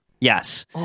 yes